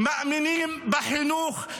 מאמינים בחינוך,